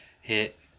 hit